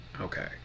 Okay